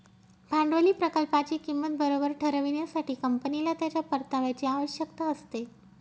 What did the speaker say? भांडवली प्रकल्पाची किंमत बरोबर ठरविण्यासाठी, कंपनीला त्याच्या परताव्याची आवश्यकता असते